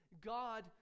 God